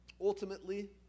Ultimately